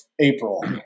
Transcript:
april